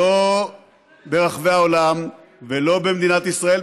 לא ברחבי העולם ולא במדינת ישראל,